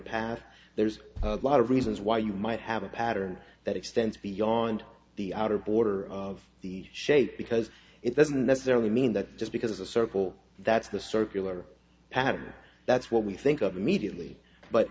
path there's a lot of reasons why you might have a pattern that extends beyond the outer border of the shape because it doesn't necessarily mean that just because a circle that's the circular pattern that's what we think of immediately but